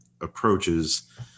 approaches